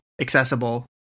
accessible